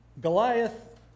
Goliath